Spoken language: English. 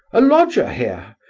a lodger here,